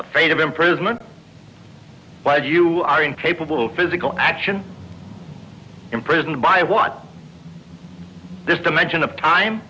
afraid of imprisonment by you are incapable of physical action imprisoned by what this dimension of time